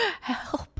Help